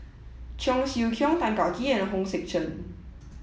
Cheong Siew Keong Tan Kah Kee and Hong Sek Chern